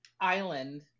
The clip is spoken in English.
island